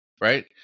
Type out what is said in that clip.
Right